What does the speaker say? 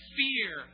fear